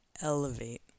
elevate